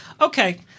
okay